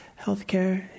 healthcare